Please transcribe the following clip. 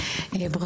בבקשה.